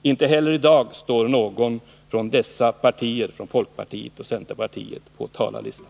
Inte heller i dag står någon från centern eller folkpartiet på talarlistan.